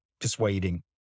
persuading